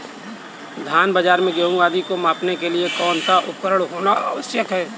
धान बाजरा गेहूँ आदि को मापने के लिए कौन सा उपकरण होना आवश्यक है?